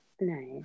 Nice